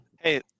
Hey